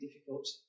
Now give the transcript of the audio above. difficult